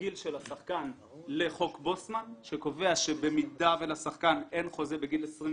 גיל השחקן לחוק בוסמן שקובע שבמידה ולשחקן אין חוזה בגיל 23